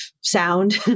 sound